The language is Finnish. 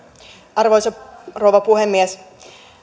arvoisa rouva puhemies